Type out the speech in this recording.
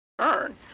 earn